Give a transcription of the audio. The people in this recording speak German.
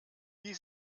wie